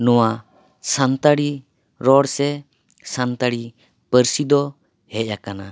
ᱱᱚᱣᱟ ᱥᱟᱱᱛᱟᱲᱤ ᱨᱚᱲ ᱥᱮ ᱥᱟᱱᱛᱟᱲᱤ ᱯᱟᱹᱨᱥᱤ ᱫᱚ ᱦᱮᱡ ᱟᱠᱟᱱᱟ